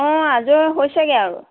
অঁ আজৰি হৈছেগে আৰু